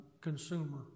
consumer